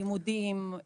לימודים,